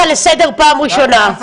אוסאמה, אני קוראת לך לסדר פעם ראשונה.